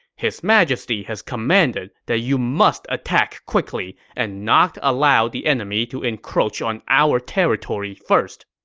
his majesty has commanded that you must attack quickly and not allow the enemy to encroach on our territory first.